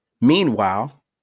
Meanwhile